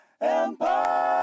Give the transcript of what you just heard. Empire